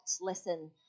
listen